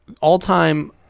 all-time